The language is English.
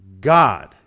God